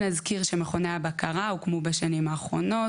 נזכיר שמכוני הבקרה הוקמו בשנים האחרונות